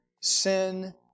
sin